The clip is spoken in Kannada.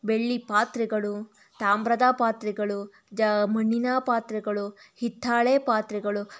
ಬೆಳ್ಳಿ ಪಾತ್ರೆಗಳು ತಾಮ್ರದ ಪಾತ್ರೆಗಳು ಜ ಮಣ್ಣಿನ ಪಾತ್ರೆಗಳು ಹಿತ್ತಾಳೆ ಪಾತ್ರೆಗಳು